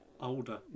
older